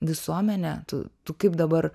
visuomenę tu tu kaip dabar